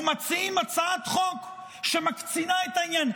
ומציעים הצעת חוק שמקצינה את העניין.